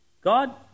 God